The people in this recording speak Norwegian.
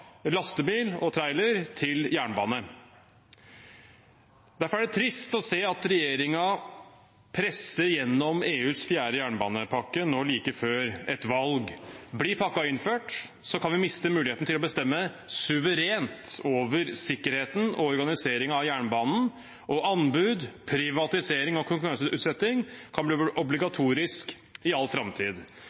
lastebil og trailer til jernbane. Derfor er det trist å se at regjeringen presser igjennom EUs fjerde jernbanepakke nå like før et valg. Blir pakken innført, kan vi miste muligheten til å bestemme suverent over sikkerheten og organiseringen av jernbanen, og anbud, privatisering og konkurranseutsetting kan bli obligatorisk i all framtid.